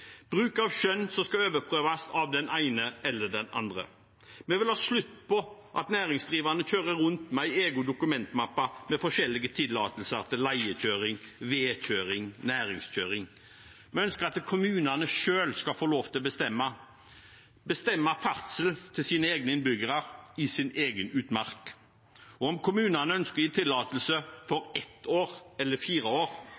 bruk av skjønn som skal overprøves av den ene eller den andre. Vi vil ha slutt på at næringsdrivende kjører rundt med en egen dokumentmappe med forskjellige tillatelser – til leiekjøring, vedkjøring, næringskjøring. Vi ønsker at kommunene selv skal få lov til å bestemme – bestemme ferdsel for sine egne innbyggere, i sin egen utmark. Og om kommunene ønsker å gi tillatelse for ett år